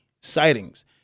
sightings